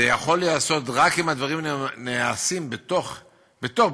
זה יכול להיעשות רק אם הדברים נעשים בתוך בית-הספר.